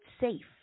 safe